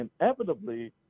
inevitably